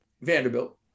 Vanderbilt